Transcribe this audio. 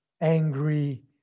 angry